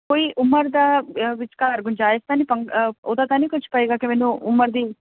ਕੋਈ ਉਮਰ ਦਾ ਵਿਚਕਾਰ ਗੁੰਜਾਇਸ਼ ਤਾਂ ਨਹੀਂ ਉਹਦਾ ਤਾਂ ਨਹੀਂ ਕੁਛ ਪਵੇਗਾ ਕਿ ਮੈਨੂੰ ਉਮਰ ਦੀ